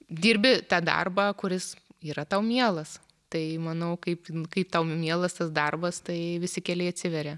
dirbi tą darbą kuris yra tau mielas tai manau kaip kaip tau mielas tas darbas tai visi keliai atsiveria